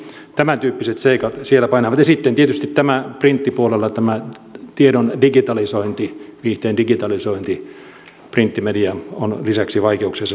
tämän tyyppiset seikat siellä painavat ja sitten tietysti printtipuolella tämän tiedon digitalisoinnin viihteen digitalisoinnin takia on printtimedia lisäksi vaikeuksissa